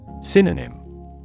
Synonym